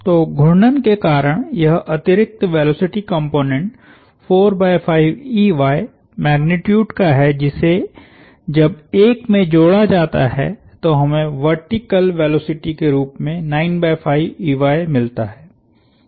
तो घूर्णन के कारण यह अतिरिक्त वेलोसिटी कॉम्पोनेन्ट मैग्नीट्यूड का है जिसे जब 1 में जोड़ा जाता है तो हमें वर्टीकल वेलोसिटी के रूप में मिलता है